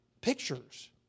pictures